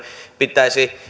pitäisi